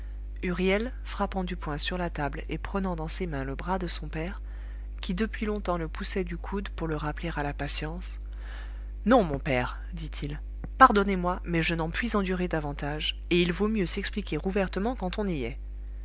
huriel frappant du poing sur la table et prenant dans ses mains le bras de son père qui depuis longtemps le poussait du coude pour le rappeler à la patience non mon père dit-il pardonnez-moi mais je n'en puis endurer davantage et il vaut mieux s'expliquer ouvertement quand on y est